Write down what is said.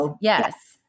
Yes